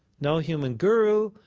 no human guru,